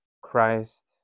Christ